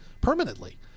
permanently